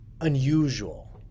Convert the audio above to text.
unusual